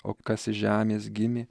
o kas iš žemės gimė